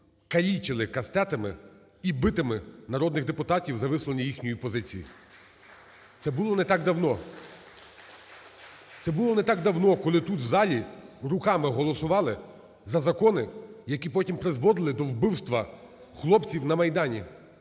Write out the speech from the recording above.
калічили кастетами і бітами народних депутатів за висловлення їхньої позиції, це не було не так давно. Це було не так давно, коли тут, в залі, руками голосували за закони, які потім призводили до вбивства хлопців на Майдані.